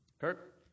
Kurt